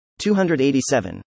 287